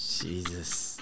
Jesus